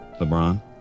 LeBron